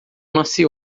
nasci